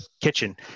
kitchen